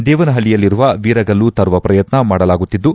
ದೇವನಹಳ್ಳಿಯಲ್ಲಿರುವ ವೀರಗಲ್ಲು ತರುವ ಪ್ರಯತ್ನ ಮಾಡಲಾಗುತ್ತಿದ್ದು